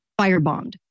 firebombed